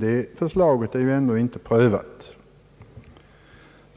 Det förslaget är dock ännu inte prövat.